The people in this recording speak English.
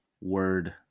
word